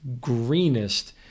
greenest